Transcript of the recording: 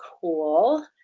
cool